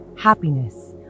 happiness